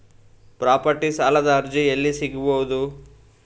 Property ಸಾಲದ ಅರ್ಜಿ ಎಲ್ಲಿ ಸಿಗಬಹುದು?